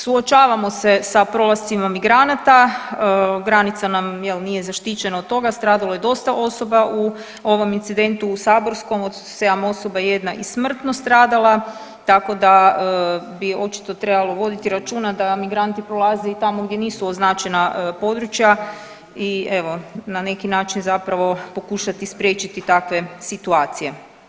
Suočavamo se sa prolascima migranata, granica nam jel nije zaštićena od toga, stradalo je dosta osoba u ovom incidentu u Saborskom od 7 osoba 1 i smrtno stradala tako da bi očito trebalo voditi računa da migranti prolaze i tamo gdje nisu označena područja i evo na neki način zapravo pokušati spriječiti takve situacija.